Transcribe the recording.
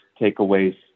takeaways